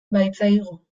baitzaigu